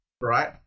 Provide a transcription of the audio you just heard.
Right